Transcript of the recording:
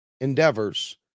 endeavors